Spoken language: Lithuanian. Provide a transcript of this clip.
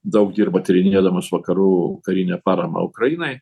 daug dirba tyrinėdamas vakarų karinę paramą ukrainai